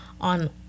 on